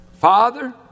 Father